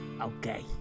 Okay